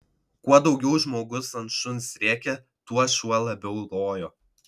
kuo daugiau žmogus ant šuns rėkė tuo šuo labiau lojo